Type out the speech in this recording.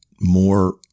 more